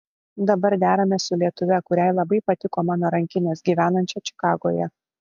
dabar deramės su lietuve kuriai labai patiko mano rankinės gyvenančia čikagoje